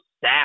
sad